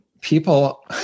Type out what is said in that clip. People